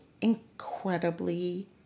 incredibly